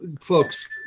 folks